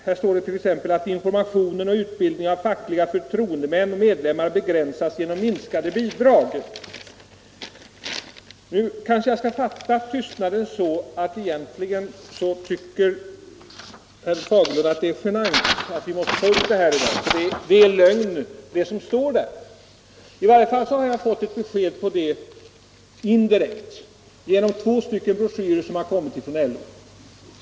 Där står det t.ex.: ”Information och utbildning av fackliga förtroendemän och medlemmar begränsas genom minskade bidrag.” Jag kanske skall fatta tystnaden så, att herr Fagerlund egentligen tycker att det är genant att vi måste ta upp detta i dag. Men jag har fått ett besked "indirekt genom två broschyrer, som LO har gett ut.